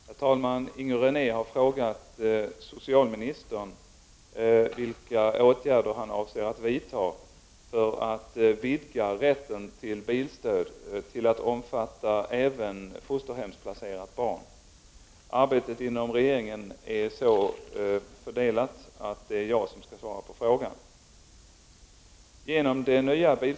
Herr talman! Inger René har frågat socialministern vilka åtgärder han avser att vidta för att vidga rätten till bilstöd till att omfatta även fosterhemsplacerat barn. Arbetet inom regeringen är så fördelat att det är jag som skall svara på frågan.